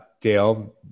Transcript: Dale